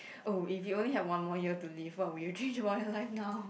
oh if you only had one more year to live what would you change about your life now